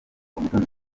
umutoni